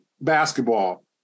basketball